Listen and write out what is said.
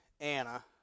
Anna